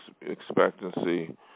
expectancy